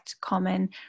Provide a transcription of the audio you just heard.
common